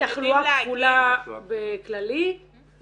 אתם יודעים להגיד -- תחלואה כפולה בכללי -- לא,